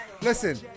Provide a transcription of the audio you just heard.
listen